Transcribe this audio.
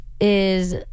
is-